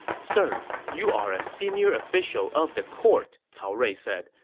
sir, you are a senior official of the court, cao rui said.